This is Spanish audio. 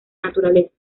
naturaleza